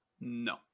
No